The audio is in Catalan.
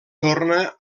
torna